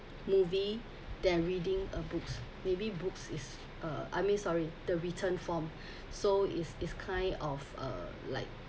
movie than reading a books maybe books is uh I mean sorry the written form so is is kind of uh like